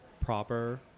proper